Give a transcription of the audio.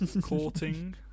courting